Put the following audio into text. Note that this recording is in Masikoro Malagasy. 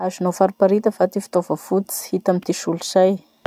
Azonao fariparita va ty fitaova fototsy hita amy ty solosay?